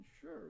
sure